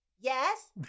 Yes